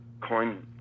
coin